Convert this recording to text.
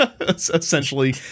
essentially